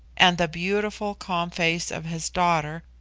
and the beautiful calm face of his daughter,